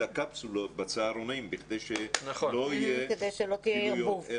הקפסולות בצהרונים בכדי שלא יהיה כפילויות,